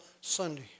Sunday